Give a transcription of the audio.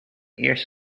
eerst